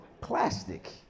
plastic